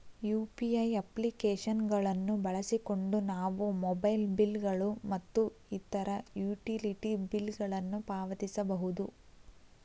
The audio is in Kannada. ಯು.ಪಿ.ಐ ಅಪ್ಲಿಕೇಶನ್ ಗಳನ್ನು ಬಳಸಿಕೊಂಡು ನಾವು ಮೊಬೈಲ್ ಬಿಲ್ ಗಳು ಮತ್ತು ಇತರ ಯುಟಿಲಿಟಿ ಬಿಲ್ ಗಳನ್ನು ಪಾವತಿಸಬಹುದು